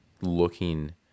looking